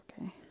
okay